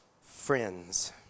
friends